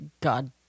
God